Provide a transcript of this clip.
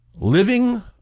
living